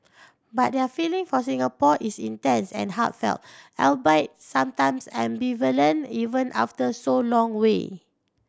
but their feeling for Singapore is intense and heartfelt albeit sometimes ambivalent even after so long way